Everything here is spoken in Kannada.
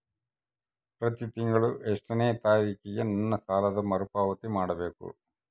ಪ್ರತಿ ತಿಂಗಳು ಎಷ್ಟನೇ ತಾರೇಕಿಗೆ ನನ್ನ ಸಾಲದ ಮರುಪಾವತಿ ಮಾಡಬೇಕು?